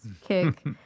kick